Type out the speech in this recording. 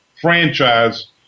franchise